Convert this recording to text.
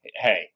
Hey